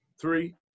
Three